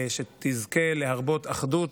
שתזכה להרבות אחדות,